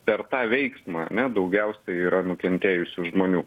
per tą veiksmą ane daugiausia yra nukentėjusių žmonių